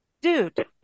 dude